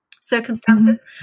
circumstances